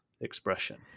expression